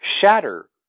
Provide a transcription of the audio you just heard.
shatter